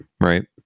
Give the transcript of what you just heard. right